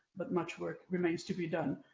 but much work remains to be done,